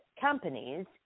companies